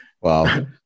Wow